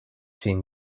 seen